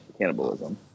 cannibalism